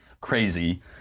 crazy